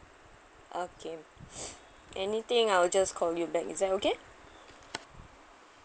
okay anything I will just call you back is that okay